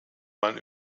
man